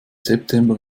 september